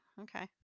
okay